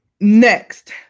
next